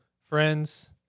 friends